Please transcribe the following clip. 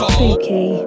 Spooky